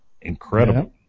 incredible